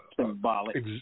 symbolic